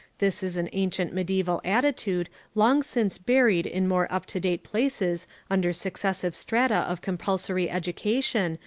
this is an ancient mediaeval attitude long since buried in more up-to-date places under successive strata of compulsory education,